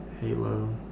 Halo